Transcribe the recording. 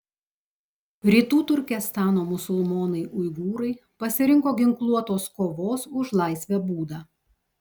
rytų turkestano musulmonai uigūrai pasirinko ginkluotos kovos už laisvę būdą